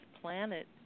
planet